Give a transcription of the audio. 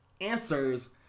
answers